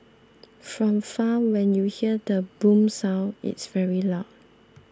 from far when you hear the 'boom' sound it's very loud